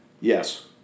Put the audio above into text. Yes